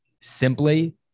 Simply